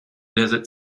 desert